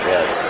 Yes